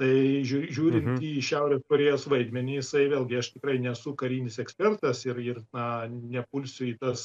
tai žiū žiūrint į šiaurės korėjos vaidmenį jisai vėlgi aš tikrai nesu karinis ekspertas ir ir na nepulsiu į tas